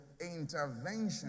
intervention